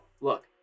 look